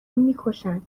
میکشن